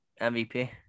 MVP